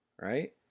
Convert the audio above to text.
right